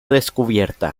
descubierta